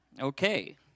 Okay